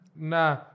Nah